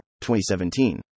2017